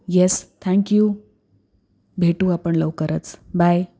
yes thank you भेटू आपण लवकरच बाय